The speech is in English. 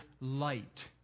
light